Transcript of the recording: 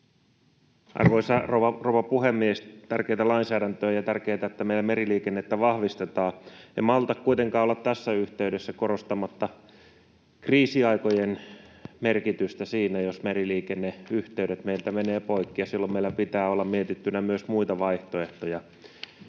Arvoisa rouva puhemies! Tärkeätä lainsäädäntöä ja tärkeätä, että meillä meriliikennettä vahvistetaan. En malta kuitenkaan olla tässä yhteydessä korostamatta kriisiaikojen merkitystä siinä, jos meriliikenneyhteydet meiltä menevät poikki. Silloin meillä pitää olla mietittynä myös muita vaihtoehtoja,